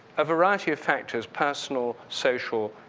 a variety of factors personal, social,